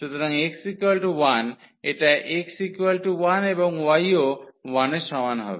সুতরাং x 1 এটা x 1 এবং y ও 1 এর সমান হবে